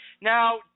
Now